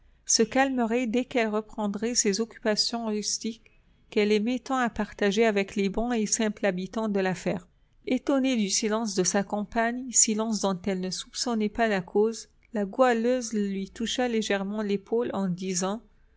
se calmerait dès qu'elle reprendrait ses occupations rustiques qu'elle aimait tant à partager avec les bons et simples habitants de la ferme étonnée du silence de sa compagne silence dont elle ne soupçonnait pas la cause la goualeuse lui toucha légèrement l'épaule en disant